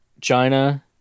China